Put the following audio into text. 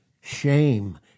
Shame